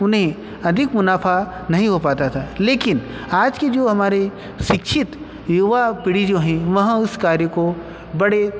उन्हें अधिक मुनाफा नहीं हो पाता था लेकिन आज के जो हमारे शिक्षित युवा पीढ़ी जो है वहाँ उस कार्य को बड़े